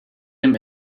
dem